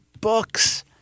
books